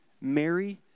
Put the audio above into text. Mary